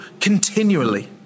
continually